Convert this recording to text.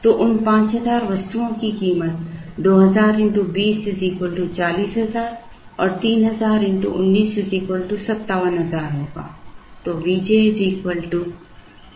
तो उन 5000 वस्तुओं की कीमत 2000 x 20 40000 और 3000 x 19 57000 है